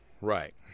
right